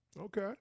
Okay